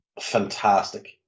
fantastic